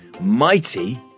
Mighty